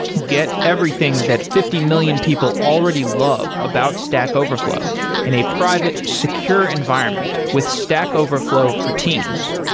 get everything that fifty million people already love about stack overflow in a private secure environment with stack overflow for teams.